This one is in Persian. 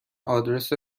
آدرس